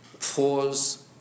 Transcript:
pause